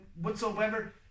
whatsoever